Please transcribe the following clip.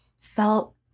felt